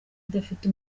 idafite